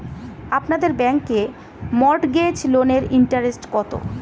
আপনাদের ব্যাংকে মর্টগেজ লোনের ইন্টারেস্ট কত?